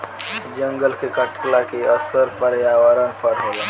जंगल के कटला के असर पर्यावरण पर होला